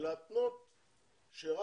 זה לא הרבה כסף והגיע הזמן שכל אחד ישים יד בכיס.